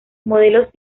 modelos